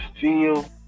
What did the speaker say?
feel